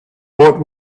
what